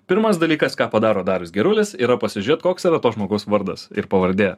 pirmas dalykas ką padaro darius gerulis yra pasižiūrėt koks yra to žmogaus vardas ir pavardė